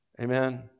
amen